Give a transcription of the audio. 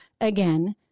again